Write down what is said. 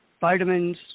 vitamins